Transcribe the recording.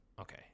Okay